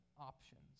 options